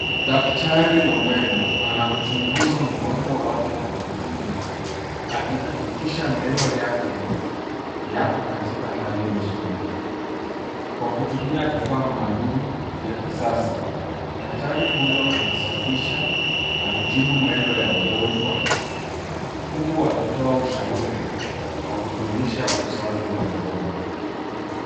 Daktari wa meno anamchunguza mgonjwa wake kwa makini akihakikisha meno yake yako katika hali nzuri. Kwa kutumia vifaa maalum vya kisasa, daktari huyo anasafisha na kutibu meno ya mgojwa huku akitoa ushauri wa kudumisha usafi wa mdomo.